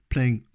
Playing